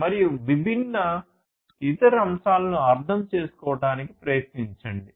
మరియు విభిన్న ఇతర అంశాలను అర్థం చేసుకోవడానికి ప్రయత్నించండి